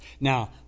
Now